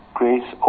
grace